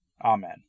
Amen